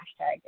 hashtag